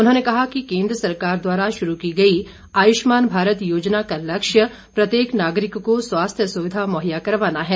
उन्होंने कहा कि केन्द्र सरकार द्वारा शुरू की गई आयुष्मान भारत योजना का लक्ष्य प्रत्येक नागरिक को स्वास्थ्य सुविधा मुहैया करवाना है